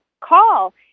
call